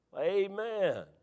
Amen